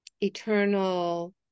eternal